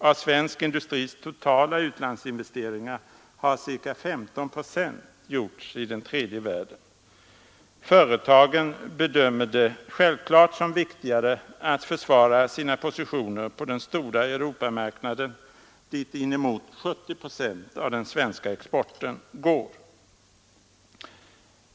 Av svensk industris totala utlandsinvesteringar har ca 15 procent gjorts i tredje världen. Företagen bedömer det självfallet som viktigare att försvara sina positioner på den stora Europamarknaden, dit inemot 70 procent av den svenska exporten går.